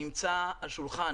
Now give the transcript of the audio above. נמצא על שולחן